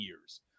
years